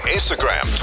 Instagram